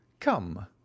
Come